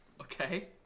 Okay